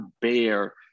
bear